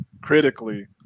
critically